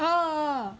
oh